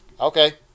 Okay